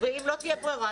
ואם לא תהיה ברירה,